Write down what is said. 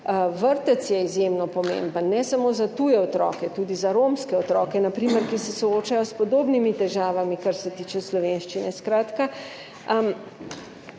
Vrtec je izjemno pomemben, ne samo za tuje otroke, tudi za romske otroke na primer, ki se soočajo s podobnimi težavami, kar se tiče slovenščine.